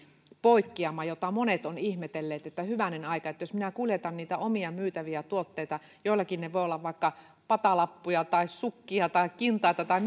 poikkeama ja että monet ovat ihmetelleet että hyvänen aika jos kuljettaa niitä omia myytäviä tuotteita jollakin ne voivat olla vaikka patalappuja tai sukkia tai kintaita tai